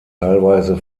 teilweise